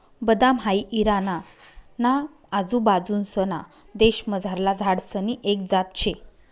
बदाम हाई इराणा ना आजूबाजूंसना देशमझारला झाडसनी एक जात शे